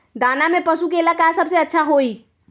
दाना में पशु के ले का सबसे अच्छा होई?